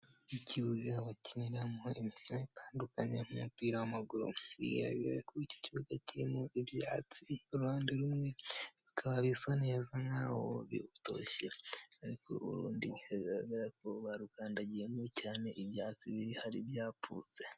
Ikibuga bakiniramo imikino itandukanye nk'umupira w'amaguru. bigaragara ko ikibuga kirimo ibyatsi uruhande rumwe, bikaba bisa neza nk'aho bitoshye. ariko urundi bigaragara ko barukandagiyemo cyane, ibyatsi bihari byapfutse.